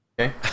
Okay